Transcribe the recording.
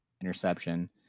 interception